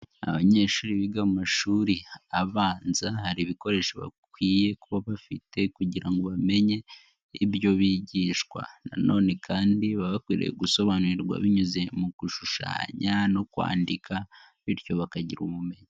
Abanyeshuri biga mu mashuri abanza hari ibikoresho bakwiye kuba bafite kujyirango bamenye ibyo bigishwa, nanone kandi baba bakwiriye gusobanurirwa binyuze mu gushushanya ndetse no kwandika bityo bakajyira ubumenyi.